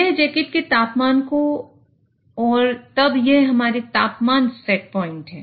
यह जैकेट के तापमान को और तब यह हमारा तापमान सेट प्वाइंट है